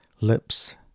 lips